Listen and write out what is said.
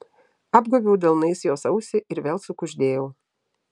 apgobiau delnais jos ausį ir vėl sukuždėjau